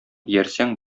иярсәң